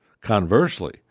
Conversely